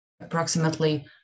approximately